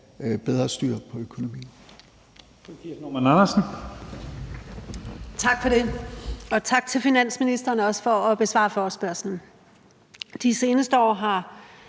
bedre styr på økonomien.